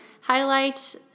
highlight